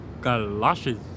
Galoshes